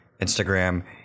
Instagram